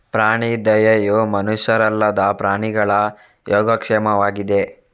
ಪ್ರಾಣಿ ದಯೆಯು ಮನುಷ್ಯರಲ್ಲದ ಪ್ರಾಣಿಗಳ ಯೋಗಕ್ಷೇಮವಾಗಿದೆ